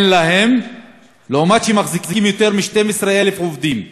וגם כשמחזיקים יותר מ-12,000 עובדים,